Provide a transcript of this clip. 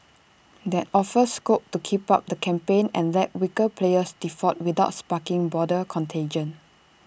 that offers scope to keep up the campaign and let weaker players default without sparking boarder contagion